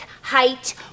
height